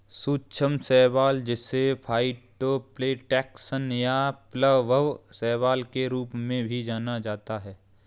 सूक्ष्म शैवाल जिसे फाइटोप्लैंक्टन या प्लवक शैवाल के रूप में भी जाना जाता है